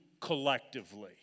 collectively